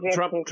Trump